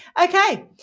Okay